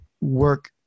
work